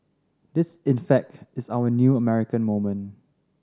this in fact is our new American moment